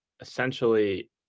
essentially